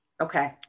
Okay